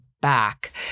back